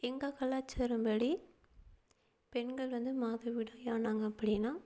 எங்கள் கலாச்சாரம் படி பெண்கள் வந்து மாதவிடாய் ஆனாங்க அப்படின்னா